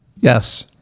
Yes